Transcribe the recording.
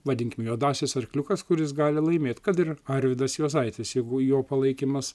vadinkim juodasis arkliukas kuris gali laimėt kad ir arvydas juozaitis jeigu jo palaikymas